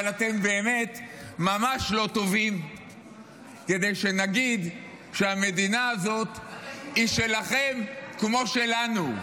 אבל אתם באמת ממש לא טובים כדי שנגיד שהמדינה הזאת היא שלכם כמו שלנו.